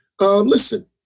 Listen